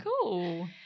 cool